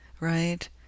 right